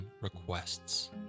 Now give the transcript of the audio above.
requests